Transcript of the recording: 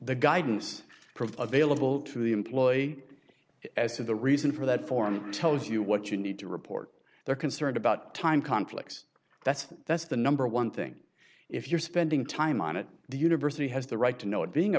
the guidance from available to the employee as to the reason for that form tells you what you need to report they're concerned about time conflicts that's that's the number one thing if you're spending time on it the university has the right to know it being a